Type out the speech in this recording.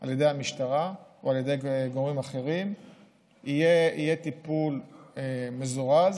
על ידי המשטרה או על ידי גורמים אחרים יהיה טיפול מזורז,